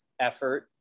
effort